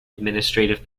administrative